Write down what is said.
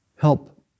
help